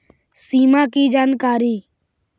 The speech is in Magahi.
सिमा कि जानकारी?